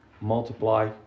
multiply